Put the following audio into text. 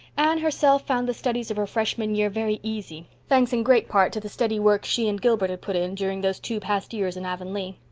herself found the studies of her freshman year very easy, thanks in great part to the steady work she and gilbert had put in during those two past years in avonlea.